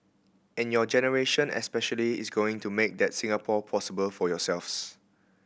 and your generation especially is going to make that Singapore possible for yourselves